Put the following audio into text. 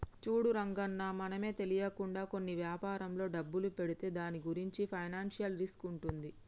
చూడు రంగన్న మనమే తెలియకుండా కొన్ని వ్యాపారంలో డబ్బులు పెడితే దాని గురించి ఫైనాన్షియల్ రిస్క్ ఉంటుంది